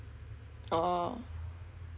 orh